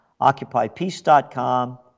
OccupyPeace.com